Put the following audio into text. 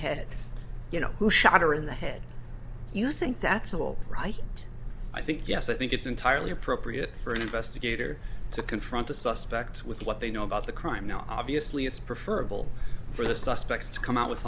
head you know who shot her in the head you think that's all right i think yes i think it's entirely appropriate for an investigator to confront a suspect with what they know about the crime now obviously it's prefer for the suspects to come out with